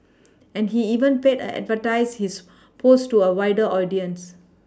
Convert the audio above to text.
and he even paid a advertise his post to a wider audience